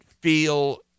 feel